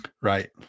Right